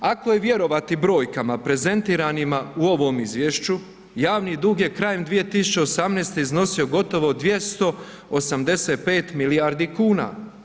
Ako je vjerovati brojkama prezentiranima u ovome izvješću javni dug je krajem 2018. iznosio gotovo 285 milijardi kuna.